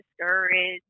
discouraged